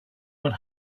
what